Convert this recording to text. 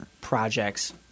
projects